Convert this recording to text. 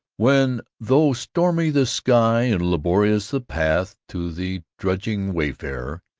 when, though stormy the sky and laborious the path to the drudging wayfarer,